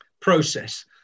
process